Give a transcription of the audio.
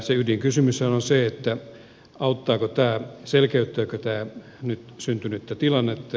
se ydinkysymyshän on se auttaako tämä selkeyttääkö tämä nyt syntynyttä tilannetta